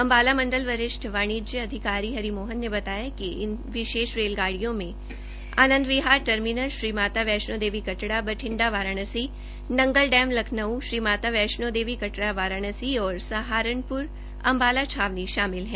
अम्बाला मंडल वरिष्ठ वाणिज्य अधिकारी हरि मोहन ने बताया कि इन विशेष रेलगाडियों में आंनद विहार टर्मिनल श्री माता वैष्णो देवी कटड़ाबइ़िठा वाराणसी नंगल डैम लखनऊ श्री माता वैष्णों देवी कटड़ा वाराण्सी और सहारनप्र अम्बाला छावनी शामिल है